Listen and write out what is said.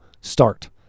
start